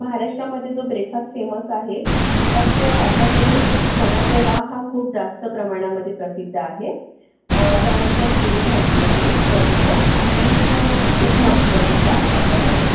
महाराष्ट्रामध्ये जो breakfast famous आहे तर तो आपल्याकडे चना पोहा हा खूप जास्त प्रमाणामध्ये प्रसिद्ध आहे त्यानंतर पुरी भाजी आहे प्रसिद्ध आणि उपमा प्रसिद्ध आहे आपल्याकडे